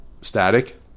Static